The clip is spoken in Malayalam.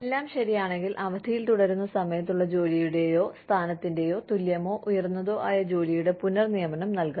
എല്ലാം ശരിയാണെങ്കിൽ അവധിയിൽ തുടരുന്ന സമയത്തുള്ള ജോലിയുടെയോ സ്ഥാനത്തിന്റെയോ തുല്യമോ ഉയർന്നതോ ആയ ജോലിയുടെ പുനർ നിയമനം നൽകണം